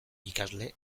ikasle